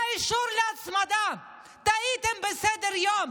היה אישור להצמדה, טעיתם בסדר-היום.